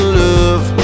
love